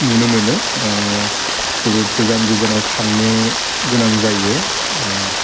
नुनो मोनो जोबोद गोजान गोजानाव थांनो गोनां जायो